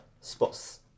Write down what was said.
spots